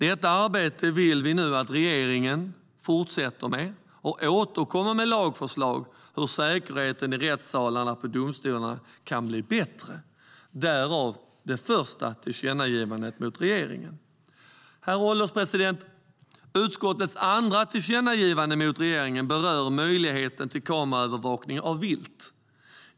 Detta arbete vill vi att regeringen fortsätter med och återkommer med lagförslag om hur säkerheten i rättssalarna vid domstolarna kan bli bättre, därav det första tillkännagivandet till regeringen. Herr ålderspresident! Utskottets andra tillkännagivande till regeringen berör möjligheten till kameraövervakning av vilt.